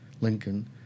Lincoln